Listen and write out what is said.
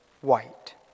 white